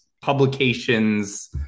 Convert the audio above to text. publications